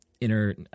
inner